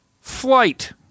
Flight